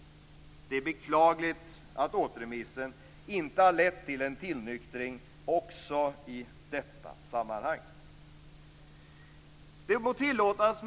Det är beklagligt att återremissen inte har lett till en tillnyktring också i detta sammanhang. Fru talman!